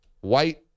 White